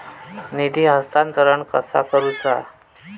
निधी हस्तांतरण कसा करुचा?